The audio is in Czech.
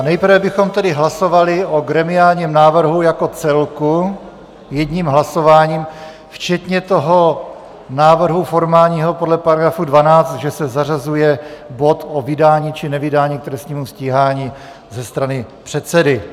Nejprve bychom tedy hlasovali o gremiálním návrhu jako celku, jedním hlasováním, včetně toho návrhu formálního podle § 12, že se zařazuje bod o vydání či nevydání k trestnímu stíhání ze strany předsedy.